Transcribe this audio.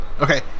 Okay